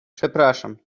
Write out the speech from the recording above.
przepraszam